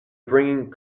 bringing